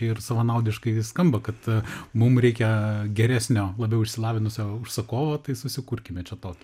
ir savanaudiškai skamba kad mum reikia geresnio labiau išsilavinusio užsakovo tai susikurkime čia tokį